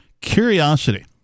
Curiosity